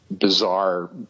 bizarre